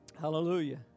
Hallelujah